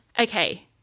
okay